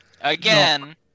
Again